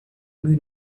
moon